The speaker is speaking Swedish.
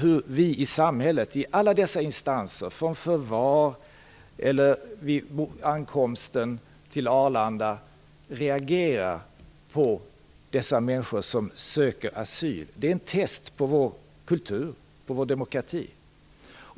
Hur vi i samhället och i alla dess instanser vid förvar eller vid ankomsten till Arlanda reagerar på dessa människor som söker asyl är en test av vår kultur, av vår demokrati.